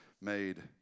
made